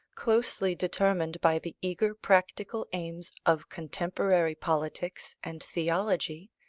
closely determined by the eager practical aims of contemporary politics and theology,